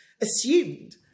assumed